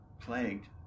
plagued